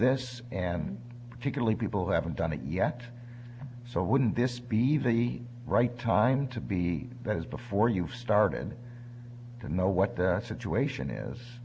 this and particularly people who haven't done it yet so wouldn't this be the right time to be that is before you started to know what the situation is